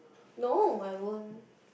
no I won't